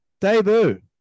debut